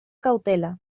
cautela